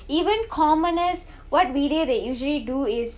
even commoners what video they usually do is